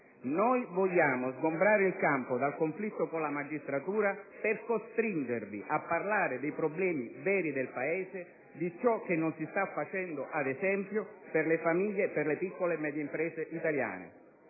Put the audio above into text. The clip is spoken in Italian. Noi vogliamo sgombrare il campo dal conflitto con la magistratura per costringervi a parlare dei problemi veri del Paese, di ciò che non si sta facendo - ad esempio - per le famiglie e per le piccole e medie imprese italiane.